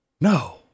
No